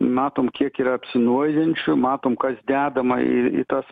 matom kiek yra apsinuodijančių matom kas dedama į į tas